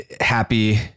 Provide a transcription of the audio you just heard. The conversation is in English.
happy